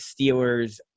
steelers